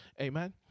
Amen